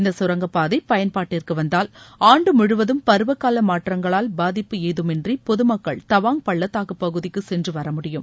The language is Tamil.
இந்த சுரங்கப்பாதை பயன்பாட்டிற்கு வந்தால் ஆண்டு முழுவதும் பருவகால மாற்றங்களால் பாதிப்பு ஏதுமின்றி பொதமக்கள் தவாங் பள்ளதாக்கு பகுதிக்கு சென்றுவர முடியும்